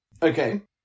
Okay